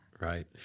Right